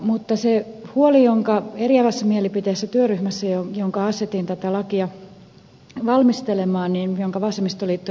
mutta se huoli jonka eriävässä mielipiteessä vasemmistoliitto ja vihreät jättivät työryhmässä jonka asetin tätä lakia valmistelemaan niin jonka vasemmistoliitto